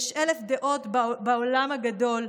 / יש אלף דעות בעולם הגדול,